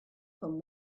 from